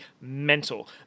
mental